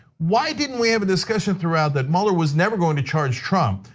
why didn't we have a discussion throughout that mueller was never gonna charge trump.